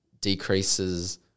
decreases